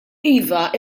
iva